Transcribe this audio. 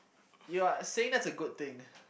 you are saying that's a good thing